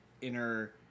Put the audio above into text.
inner